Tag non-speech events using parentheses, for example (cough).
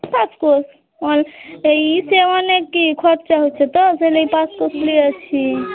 (unintelligible) ঐ এই ইসে অনেকই খরচা হচ্ছে তো আসলে এই (unintelligible)